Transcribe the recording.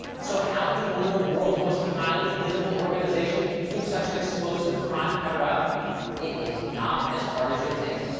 so, how could one of the world's most highly visible organizations keep such an explosive crime covered up? it is not as hard as you think.